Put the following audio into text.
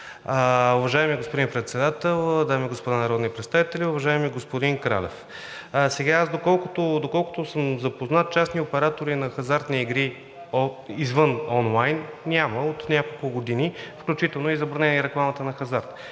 Уважаеми господин Председател, дами и господа народни представители! Уважаеми господин Кралев, доколкото съм запознат, частни оператори на хазартни игри извън онлайн няма от няколко години, включително е забранена и рекламата на хазарт.